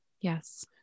Yes